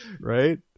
Right